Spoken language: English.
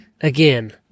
Again